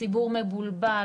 הציבור מבולבל,